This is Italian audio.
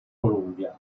columbia